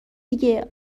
دیگه